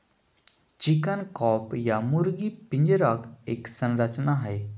chicken coop या मुर्गी पिंजरा एक संरचना हई,